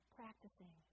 practicing